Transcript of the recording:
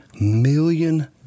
million